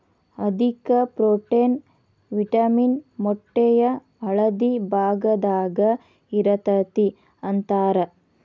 ಅಧಿಕ protein, vitamin ಮೊಟ್ಟೆಯ ಹಳದಿ ಭಾಗದಾಗ ಇರತತಿ ಅಂತಾರ